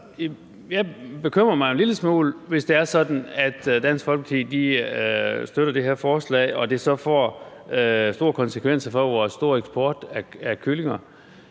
Jeg bekymrer mig jo en lille smule, hvis det er sådan, at Dansk Folkeparti støtter det her forslag og det så får store konsekvenser for vores store eksport af kyllinger.